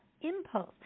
impulse